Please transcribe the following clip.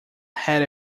had